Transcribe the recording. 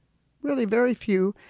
really very few.